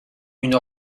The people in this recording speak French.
une